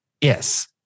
Yes